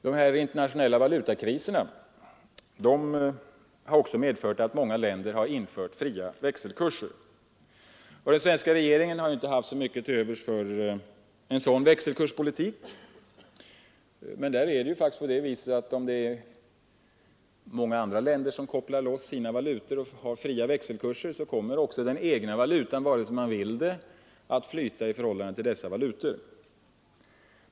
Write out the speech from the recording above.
De internationella valutakriserna har också medfört att många länder har infört fria växelkurser. Den svenska regeringen har inte haft så mycket till övers för en sådan växelkurspolitik. Men det är faktiskt så att om andra länder kopplar loss sina valutor och tillämpar fria växelkurser, kommer också vår valuta att flyta, vare sig vi vill det eller inte, i förhållande till dessa valutor.